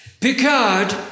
Picard